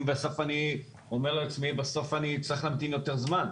אני אומר לעצמי שבסוף אצטרך להמתין יותר זמן.